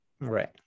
Right